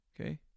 Okay